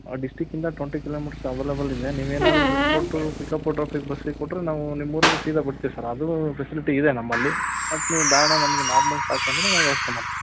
ಡಿಸ್ಟಿಕ್ಕಿಂದ twenty kilometres available ಇದೆ ನೀವೇನಾದರೂ ದುಡ್ಡು ಕೊಟ್ಟು ಪಿಕಪ್ ಡ್ರಾಪಿಗ್ ಬಸ್ಸಿಗೆ ಕೊಟ್ಟರೆ ನಾವು ನಿಮ್ಮ ಊರಿಗೆ ಸೀದಾ ಬಿಡ್ತೀವಿ ಸರ್ ಅದೂ ಫೆಸಿಲಿಟಿ ಇದೆ ನಮ್ಮಲ್ಲಿ ಮತ್ತು ನೀವು ಬೇಡ ನಮಗೆ ನಾರ್ಮಲ್ ಸಾಕಂದರೆ ನಾವು ವ್ಯವಸ್ಥೆ ಮಾಡ್ತೀವಿ